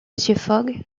fogg